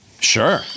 Sure